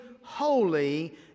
holy